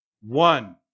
one